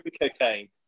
cocaine